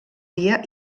dia